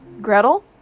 Gretel